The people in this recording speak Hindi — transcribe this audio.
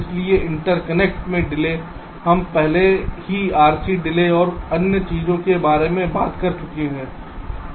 इसलिए इंटरकनेक्ट में डिले हम पहले ही RC डिले और अन्य चीजों के बारे में बात कर चुके हैं